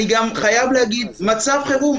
אני גם חייב להגיד מצב חירום,